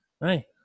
Hey